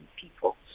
people